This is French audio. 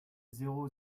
zéro